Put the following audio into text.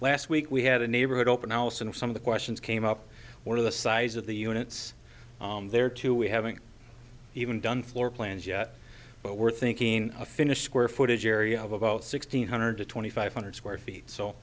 last week we had a neighborhood open house and some of the questions came up one of the size of the units there too we haven't even done floor plans yet but we're thinking a finished square footage area of about sixteen hundred to twenty five hundred square feet so